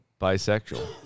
Bisexual